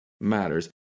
matters